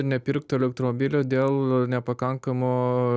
nepirktų elektromobilio dėl nepakankamo